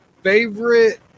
Favorite